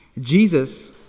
Jesus